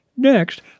Next